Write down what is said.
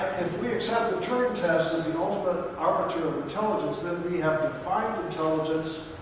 we accept the turing test as you know ultimate arbiter of intelligence, then we have defined intelligence